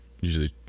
usually